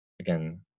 Again